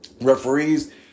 Referees